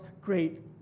great